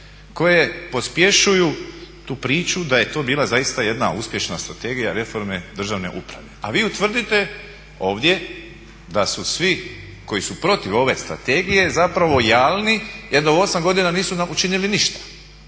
koje pospješuju tu priču da je to bila zaista jedna uspješna Strategija reforme državne uprave. A vi utvrdite ovdje da su svi koji su protiv ove strategije zapravo jalni jer da u 8 godina nisu učinili ništa,